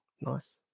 Nice